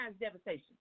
devastation